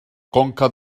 conca